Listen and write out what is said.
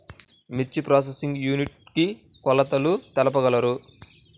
మిర్చి processing unit కి కొలతలు తెలుపగలరు?